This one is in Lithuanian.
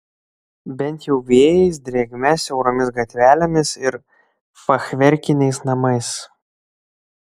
bent jau vėjais drėgme siauromis gatvelėmis ir fachverkiniais namais